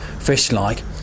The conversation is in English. fish-like